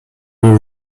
were